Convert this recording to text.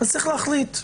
נצטרך להחליט.